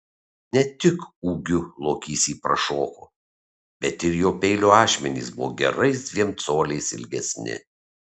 ne tik ūgiu lokys jį prašoko bet ir jo peilio ašmenys buvo gerais dviem coliais ilgesni